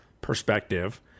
perspective